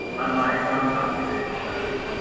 unlike some computational centers,